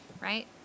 right